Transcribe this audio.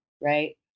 right